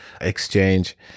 exchange